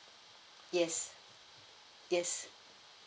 yes yes